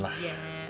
!aiya!